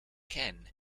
ken